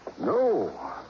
No